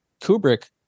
Kubrick